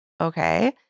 okay